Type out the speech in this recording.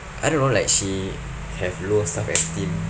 I don't know like she have low self esteem